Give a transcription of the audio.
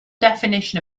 definition